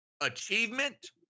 achievement